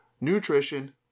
nutrition